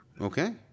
okay